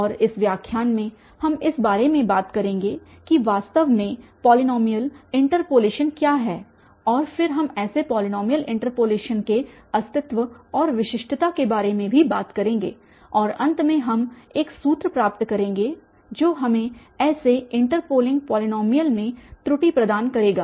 और इस व्याख्यान में हम इस बारे में बात करेंगे कि वास्तव में पॉलीनॉमियल इन्टर्पोलेशन क्या है और फिर हम ऐसे पॉलीनॉमियल इन्टर्पोलेशन के अस्तित्व और विशिष्टता के बारे में भी बात करेंगे और अंत में हम एक सूत्र प्राप्त करेंगे जो हमें ऐसे इंटरपोलिंग पॉलीनॉमियल में त्रुटि प्रदान करेगा